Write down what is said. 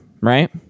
right